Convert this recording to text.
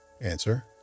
Answer